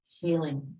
Healing